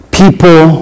people